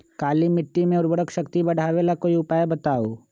काली मिट्टी में उर्वरक शक्ति बढ़ावे ला कोई उपाय बताउ?